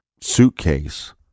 suitcase